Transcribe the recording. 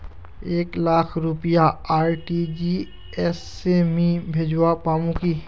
एक लाख रुपया आर.टी.जी.एस से मी भेजवा पामु की